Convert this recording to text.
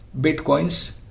bitcoins